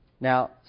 Now